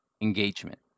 engagement